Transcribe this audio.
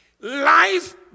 life